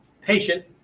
patient